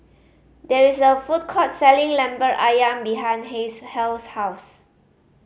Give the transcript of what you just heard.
there is a food court selling Lemper Ayam behind Hill's Hale's house